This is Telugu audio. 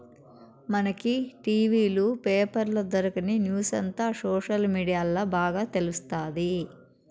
మనకి టి.వీ లు, పేపర్ల దొరకని న్యూసంతా సోషల్ మీడియాల్ల బాగా తెలుస్తాది